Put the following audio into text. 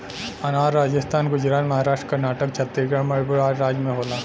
अनार राजस्थान गुजरात महाराष्ट्र कर्नाटक छतीसगढ़ मणिपुर आदि राज में होला